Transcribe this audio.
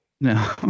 No